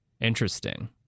interesting